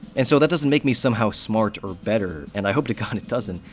and so that doesn't make me somehow smart or better, and i hope to god it doesn't,